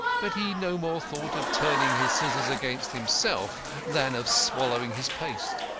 but he no more thought of turning his scissors against himself than of swallowing his paste.